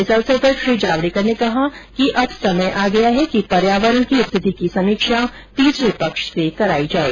इस अवसर पर श्री जावड़ेकर ने कहा कि समय आ गया है कि पर्यावरण की स्थिति की समीक्षा तीसरे पक्ष से कराई जाए